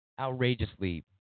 outrageously